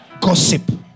gossip